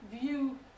view